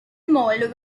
mold